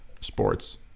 sports